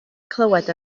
clywed